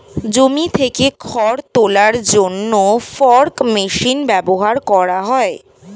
জমি থেকে খড় তোলার জন্য ফর্ক মেশিন ব্যবহার করা হয়